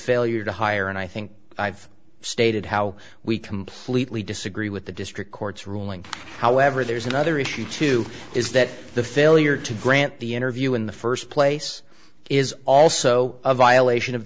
failure to hire and i think i've stated how we completely disagree with the district court's ruling however there's another issue too is that the failure to grant the interview in the first place is also a violation of